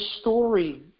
story